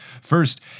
First